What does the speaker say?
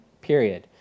period